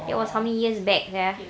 that was how many years back sia